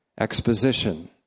exposition